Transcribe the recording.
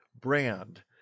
brand